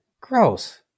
Gross